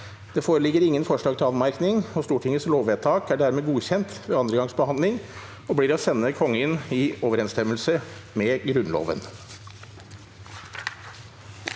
Det foreligger ingen forslag til anmerkning. Stortingets lovvedtak er dermed godkjent ved andre gangs behandling og blir å sende Kongen i overensstemmelse med Grunnloven.